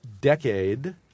decade